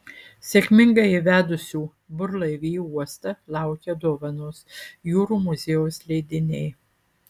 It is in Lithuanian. sėkmingai įvedusių burlaivį į uostą laukia dovanos jūrų muziejaus leidiniai